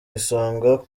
isonga